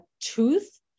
tooth